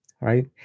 right